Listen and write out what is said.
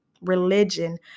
religion